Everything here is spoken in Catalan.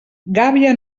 gàbia